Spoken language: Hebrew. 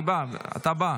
אתה בא.